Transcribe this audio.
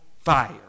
fire